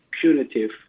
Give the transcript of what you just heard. punitive